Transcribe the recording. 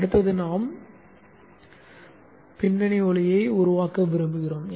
அடுத்து நாம் பின்னணி ஒளியை உருவாக்க விரும்புகிறோம்